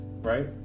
Right